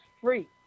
free